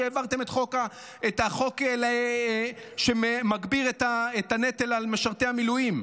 כשהעברתם את החוק שמגביר את הנטל על משרתי המילואים.